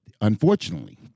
unfortunately